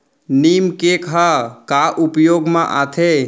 नीम cake ह का उपयोग मा आथे?